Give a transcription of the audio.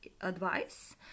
advice